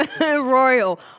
Royal